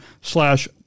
slash